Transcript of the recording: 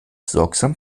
sorgsam